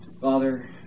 Father